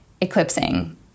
eclipsing